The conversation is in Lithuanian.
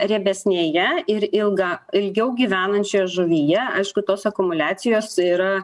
riebesnėje ir ilgą ilgiau gyvenančioje žuvyje aišku tos akumuliacijos yra